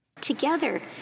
Together